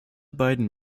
beiden